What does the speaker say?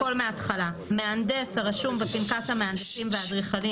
הכול מהתחלה: מהנדס הרשום מפנקס המהנדסים והאדריכלים